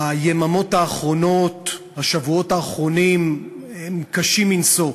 היממות האחרונות, השבועות האחרונים, קשים מנשוא.